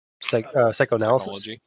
psychoanalysis